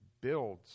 builds